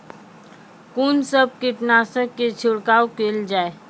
कून सब कीटनासक के छिड़काव केल जाय?